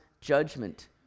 judgment